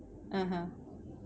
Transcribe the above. (uh huh)